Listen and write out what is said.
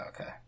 Okay